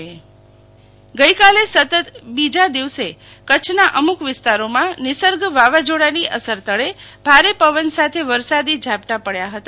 શીતલ વૈશ્નવ હવા માન ગઈકાલે સતત બીજા દિવસે કચ્છના અમુક વિસ્તારોમાં નિસર્ગ વાવાઝોડાની અસર તળે ભારે પવન સાથે વરસાદી ઝાપટા પડ્યા હતા